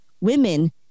women